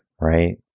right